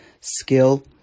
skill